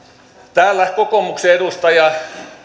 täällä kokoomuksen edustaja